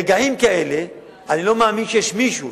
ברגעים כאלה אני לא מאמין שיש מישהו,